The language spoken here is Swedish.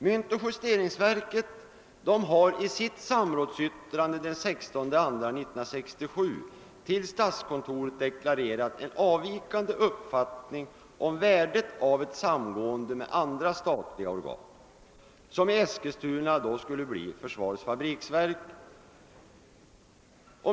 Myntoch justeringsverket har i sitt samrådsyttrande den 16 februari 1967 till statskontoret deklarerat en av vikande uppfattning om värdet av ett samgående med andra statliga organ, som i Eskilstuna skulle ha blivit försvarets fabriksverk.